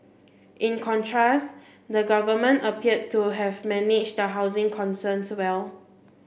in contrast the government appeared to have managed the housing concerns well